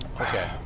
Okay